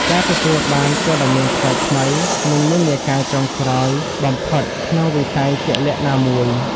ការទទួលបានព័ត៌មានថ្មីៗ និងនិន្នាការចុងក្រោយបំផុតក្នុងវិស័យជាក់លាក់ណាមួយ។